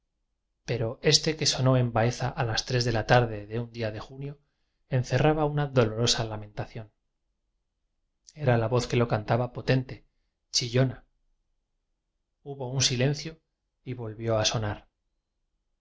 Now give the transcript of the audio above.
pero este que sonó en baeza a las tres de la tarde de un día de junio encerraba una dolorosa lamentación era la voz que lo cantaba potente chi llona hubo un silencio y volvió a sonar